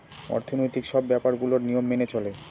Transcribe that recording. অর্থনৈতিক সব ব্যাপার গুলোর নিয়ম মেনে চলে